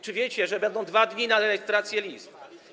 Czy wiecie, że będą 2 dni na rejestrację list?